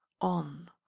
on